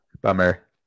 Bummer